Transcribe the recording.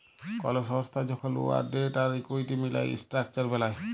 call সংস্থা যখল উয়ার ডেট আর ইকুইটি মিলায় ইসট্রাকচার বেলায়